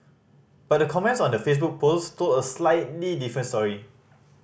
but the comments on the Facebook post told a slightly different story